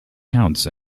counts